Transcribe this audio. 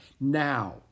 Now